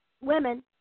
women